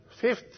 fifth